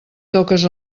toques